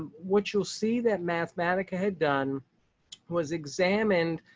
um which you'll see that mathematica had done was examined.